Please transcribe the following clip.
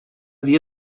dia